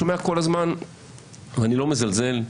אני לא מזלזל,